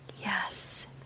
yes